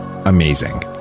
amazing